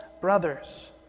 brothers